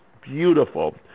beautiful